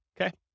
Okay